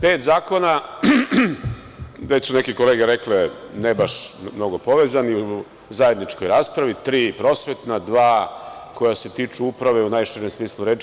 Pet zakona, već su neke kolege rekle, ne baš mnogo povezani u zajedničkoj raspravi, tri prosvetna, dva koja se tiču uprave u najširem smislu reči.